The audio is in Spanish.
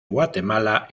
guatemala